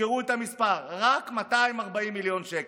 תזכרו את המספר, רק 240 מיליון שקל.